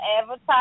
advertise